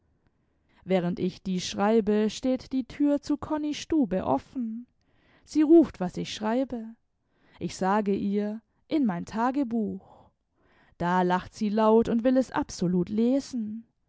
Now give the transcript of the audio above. während ich dies schreibe steht die tür zu konnis stube offen sie ruft was ich schreibe ich sage ihr in mein tagebuch da lacht sie laut und will es absolut lesen